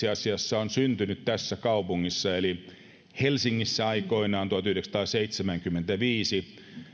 asiassa syntynyt tässä kaupungissa eli helsingissä aikoinaan tuhatyhdeksänsataaseitsemänkymmentäviisi